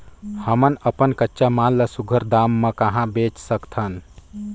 हमन अपन कच्चा माल ल सुघ्घर दाम म कहा बेच सकथन?